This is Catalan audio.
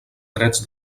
drets